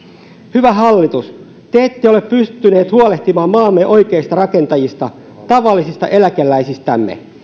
hyvä hallitus te ette ole pystyneet huolehtimaan maamme oikeista rakentajista tavallisista eläkeläisistämme